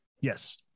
Yes